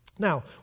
Now